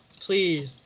please